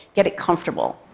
get it comfortable.